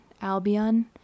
Albion